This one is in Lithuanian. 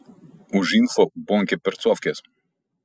už info bonkė percovkės